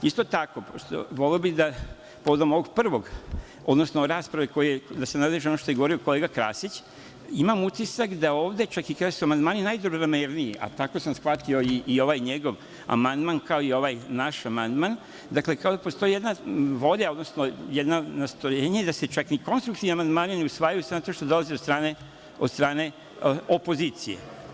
Isto tako, voleo bih da, povodom ovog prvog, odnosno rasprave, da se nadovežem na ono što je govorio kolega Krasić, imam utisak da ovde, čak i kada su amandmani najdobronamerniji, a tako sam shvatio i ovaj njegov amandman, kao i ovaj naš amandman, kao da postoji jedna volja, jedno nastojanje da se čak i konstruktivni amandmani ne usvajaju zato što dolaze od strane opozicije.